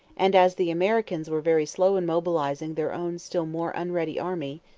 and as the americans were very slow in mobilizing their own still more unready army,